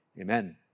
Amen